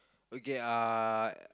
okay uh